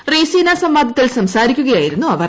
റയ്സിനാ സംവാദത്തിൽ സംസാരിക്കുകയായിരുന്നു അവർ